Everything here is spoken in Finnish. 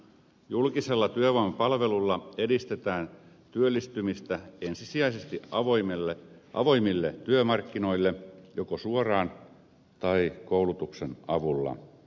julkisella työvoimapalvelulla edistetään työllistymistä ensisijaisesti avoimille työmarkkinoille joko suoraan tai koulutuksen avulla